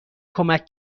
کمک